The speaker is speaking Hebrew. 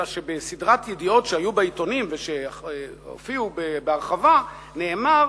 אלא שבסדרת ידיעות שהיו בעיתונים והופיעו בהרחבה נאמר